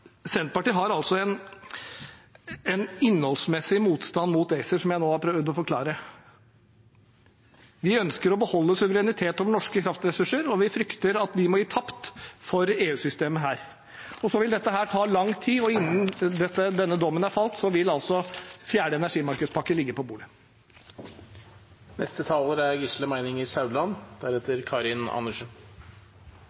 ACER, som jeg nå har prøvd å forklare. Vi ønsker å beholde suverenitet over norske kraftressurser, og vi frykter at vi her må gi tapt for EU-systemet. Dette vil ta lang tid, og innen denne dommen er falt, vil altså fjerde energimarkedspakke ligge på bordet.